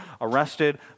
arrested